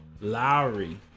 Lowry